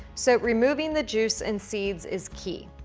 so removing the juice and seeds is key.